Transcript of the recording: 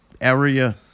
area